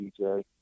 DJ